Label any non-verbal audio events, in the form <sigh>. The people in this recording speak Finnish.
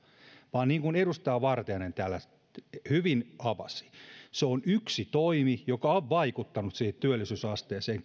vaan niin kuin edustaja vartiainen hyvin avasi se on yksi toimi joka on kiistatta vaikuttanut siihen työllisyysasteeseen <unintelligible>